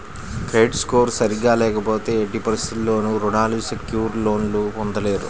credit score సరిగ్గా లేకపోతే ఎట్టి పరిస్థితుల్లోనూ రుణాలు సెక్యూర్డ్ లోన్లు పొందలేరు